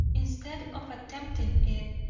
instead of attempting it,